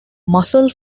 muscle